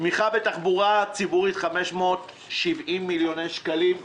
תמיכה בתחבורה ציבורית 570 מיליוני שקלים.